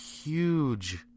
huge